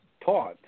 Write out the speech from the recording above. taught